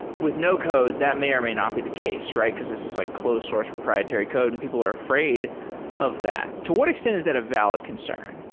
with no-code, that may or may not be the case, right? because this is like close source proprietary code and people are afraid of that. to what extent is that a valid concern?